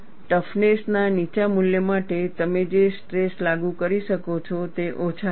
toughness ના નીચા મૂલ્ય માટે તમે જે સ્ટ્રેસ લાગુ કરી શકો તે ઓછા હશે